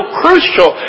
crucial